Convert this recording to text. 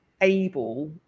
able